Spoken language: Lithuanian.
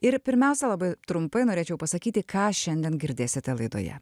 ir pirmiausia labai trumpai norėčiau pasakyti ką šiandien girdėsite laidoje